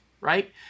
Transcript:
right